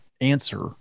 answer